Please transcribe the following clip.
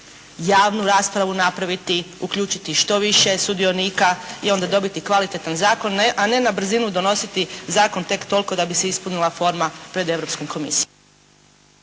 javnu raspravu napraviti i uključiti što više sudionika i onda dobiti kvalitetan zakon a ne na brzinu donositi zakon tek toliko da bi se ispunila forma pred Europskom komisijom.